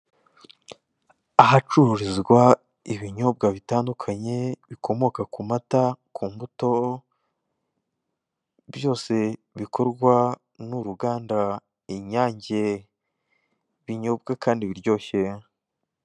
Ahacururizwa ibinyobwa bitandukanye bikomoka ku mata, ku mbuto, byose bikorwa n'uruganda Inyange, binyobwa kandi biryoshye.